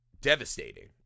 devastating